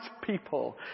people